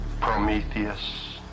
Prometheus